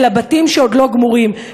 אל הבתים שעוד לא גמורים,